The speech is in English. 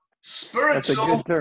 spiritual